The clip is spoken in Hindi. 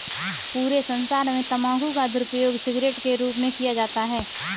पूरे संसार में तम्बाकू का दुरूपयोग सिगरेट के रूप में किया जाता है